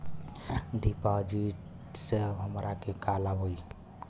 डिपाजिटसे हमरा के का लाभ होई?